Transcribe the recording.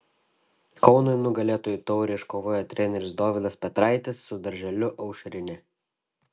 kaunui nugalėtojų taurę iškovojo treneris dovydas petraitis su darželiu aušrinė